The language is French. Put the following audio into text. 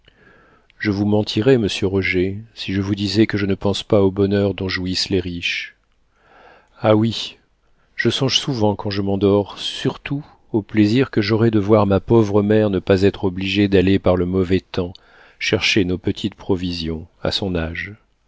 je vous mentirais monsieur roger si je vous disais que je ne pense pas au bonheur dont jouissent les riches ah oui je songe souvent quand je m'endors surtout au plaisir que j'aurais de voir ma pauvre mère ne pas être obligée d'aller par le mauvais temps chercher nos petites provisions à son âge